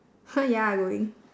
[huh] ya I going